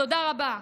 תודה רבה.